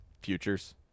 Futures